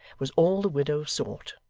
was all the widow sought.